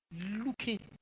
looking